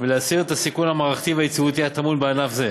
ולהסיר את הסיכון המערכתי והיציבותי הטמון בענף זה.